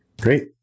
Great